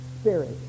spirit